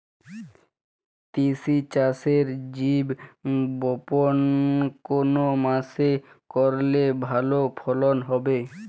তিসি চাষের বীজ বপন কোন মাসে করলে ভালো ফলন হবে?